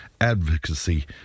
advocacy